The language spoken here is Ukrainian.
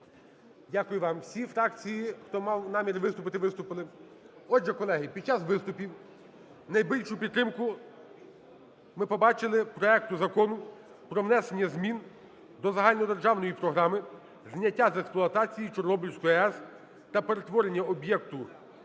Дякую вам. Всі фракції, хто мав намір виступити, виступили? Отже, колеги під час виступів найбільшу підтримку ми побачили проекту Закону про внесення змін до Загальнодержавної програми зняття з експлуатації Чорнобильської АЕС та перетворення об'єкта